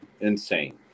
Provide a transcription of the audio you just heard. insane